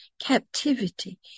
captivity